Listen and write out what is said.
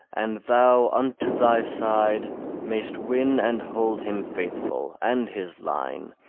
and thou unto thy side mayst win and hold him faithful, and his line,